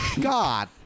God